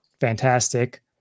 fantastic